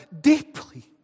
deeply